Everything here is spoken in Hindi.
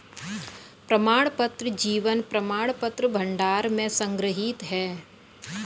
प्रमाणपत्र जीवन प्रमाणपत्र भंडार में संग्रहीत हैं